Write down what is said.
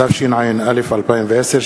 התשע"א 2010,